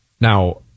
Now